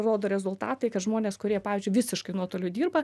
rodo rezultatai kad žmonės kurie pavyzdžiui visiškai nuotoliu dirba